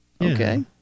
Okay